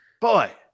Boy